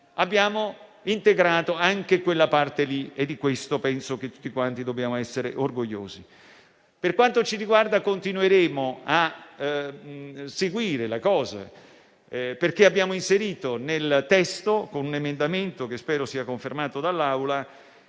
Abbiamo integrato anche quella parte e di questo penso che tutti quanti dobbiamo essere orgogliosi. Per quanto ci riguarda, continueremo a seguire la situazione, perché abbiamo inserito nel testo, con un emendamento che spero sia confermato dall'Assemblea,